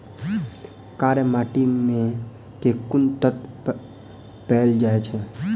कार्य माटि मे केँ कुन तत्व पैल जाय छै?